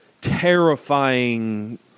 terrifying